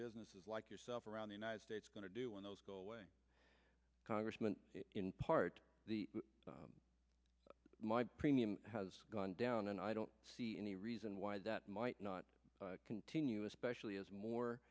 businesses like yourself around the united states going to do when those go away congressman in part my premium has gone down and i don't see any reason why that might not continue especially as more